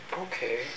Okay